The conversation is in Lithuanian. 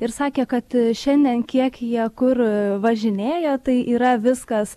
ir sakė kad šiandien kiek jie kur važinėja tai yra viskas